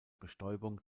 bestäubung